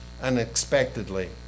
unexpectedly